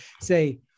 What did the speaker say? say